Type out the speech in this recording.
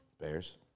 Bears